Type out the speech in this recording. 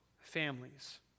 families